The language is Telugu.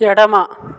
ఎడమ